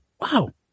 Wow